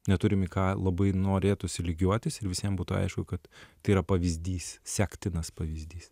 neturim į ką labai norėtųsi lygiuotis ir visiem būtų aišku kad tai yra pavyzdys sektinas pavyzdys